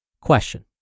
Question